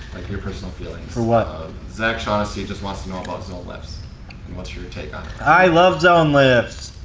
like your personal feelings. for what? zach chaussey just wants to know about zone lifts and what's your your take on it? i love zone lifts.